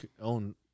own-